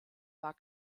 war